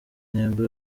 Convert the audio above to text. intego